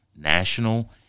national